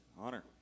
honor